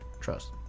trust